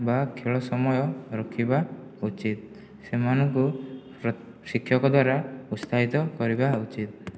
ବା ଖେଳ ସମୟ ରଖିବା ଉଚିତ ସେମାନଙ୍କୁ ପ୍ରଶିକ୍ଷକ ଦ୍ଵାରା ଉତ୍ସାହିତ କରିବା ଉଚିତ